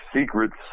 secrets